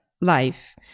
life